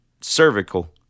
cervical